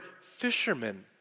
fishermen